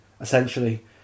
essentially